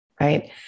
right